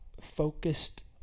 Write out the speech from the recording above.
focused